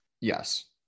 Yes